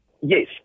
Yes